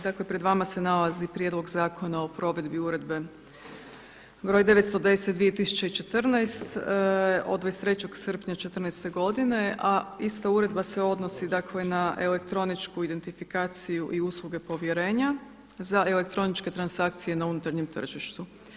Dakle pred vama se nalazi Prijedlog zakona o provedbi uredbe broj 910/2014 od 23. srpnja '14.-te godine a ista uredba se odnosi dakle na elektroničku identifikaciju i usluge povjerenja za elektroničke transakcije na unutarnjem tržištu.